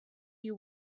you